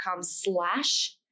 slash